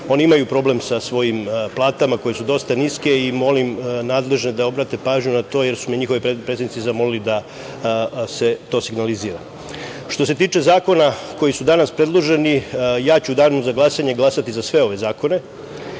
oni imaju problem sa svojim platama koje su dosta niske i molim nadležne da obrate pažnju na to jer su me njihovi predstavnici zamoli da se to signalizira. Što se tiče zakona koji su danas predloženi, ja ću u danu za glasanje glasati za sve ove zakone